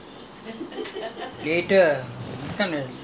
no lah not this [one] this [one] is actually the latest stage